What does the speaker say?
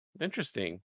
interesting